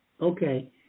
Okay